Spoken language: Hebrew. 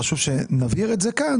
חשוב שנבהיר את זה כאן,